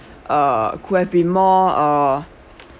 uh could have been more uh